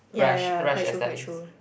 ya ya ya quite true quite true